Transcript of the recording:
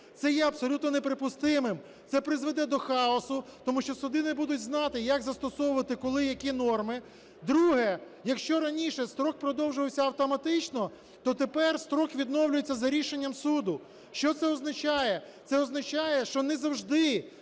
Це є абсолютно неприпустимим, це призведе до хаосу, тому що суди не будуть знати, як застосовувати, коли і які норми. Друге. Якщо раніше строк продовжувався автоматично, то тепер строк відновлюється за рішенням суду. Що це означає? Це означає, що не завжди